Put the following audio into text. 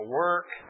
work